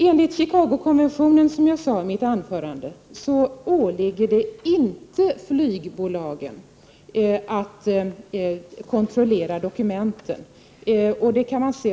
Enligt Chicagokonventionen åligger det, som jag sade, inte flygbolagen att kontrollera dokumenten.